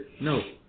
No